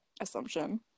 assumption